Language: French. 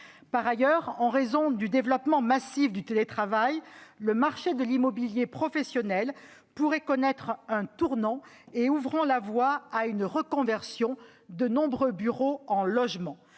Par ailleurs, en raison du développement massif du télétravail, le marché de l'immobilier professionnel pourrait connaître un tournant, ouvrant la voie à une reconversion de nombreux bureaux en logements.